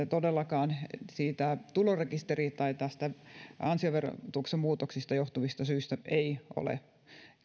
todellakaan siitä tulorekisterin tai tästä ansioverotuksen muutoksista johtuvista syistä ei ole